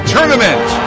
Tournament